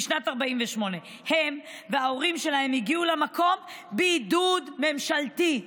משנת 1948. הם וההורים שלהם הגיעו למקום בעידוד ממשלתי.